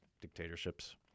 dictatorships